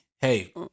Hey